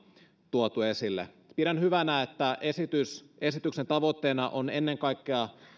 tuotu esille pidän hyvänä että esityksen tavoitteena on ennen kaikkea